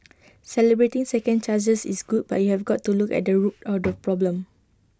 celebrating second chances is good but you have got to look at the root of the problem